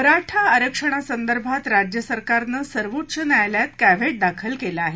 मराठा आरक्षणासंदर्भात राज्य सरकारनं सर्वोच्च न्यायालयात कॅव्हेट दाखल केलं आहे